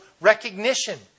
recognition